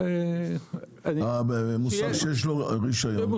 מוסך שיש לו רישיון,